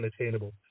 unattainable